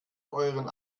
euren